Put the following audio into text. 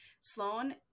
Sloan